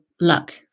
luck